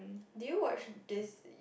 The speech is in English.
do you watch this